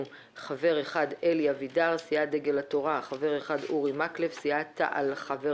חבר אחד - אלי אבידר מסיעת דגל התורה חבר אחד אורי מקלב מסיעת תע"ל חבר